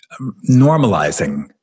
normalizing